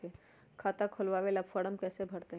खाता खोलबाबे ला फरम कैसे भरतई?